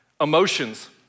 Emotions